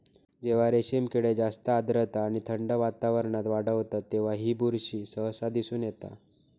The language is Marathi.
जेव्हा रेशीम किडे जास्त आर्द्रता आणि थंड वातावरणात वाढतत तेव्हा ही बुरशी सहसा दिसून येता